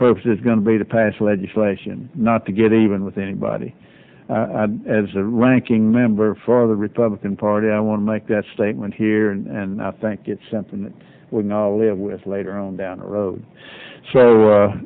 purpose is going to be to pass legislation not to get even with anybody as a ranking member for the republican party i want to make that statement here and i think it's something that we can all live with later on down the road so